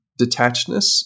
detachedness